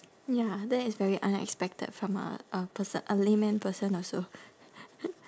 ya that is very unexpected from a a perso~ a layman person also